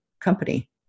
company